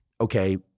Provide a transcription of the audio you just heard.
okay